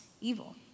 evil